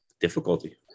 difficulty